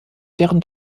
deren